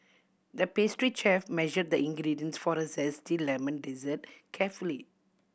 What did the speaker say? the pastry chef measured the ingredients for a zesty lemon dessert carefully